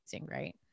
Right